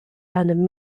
and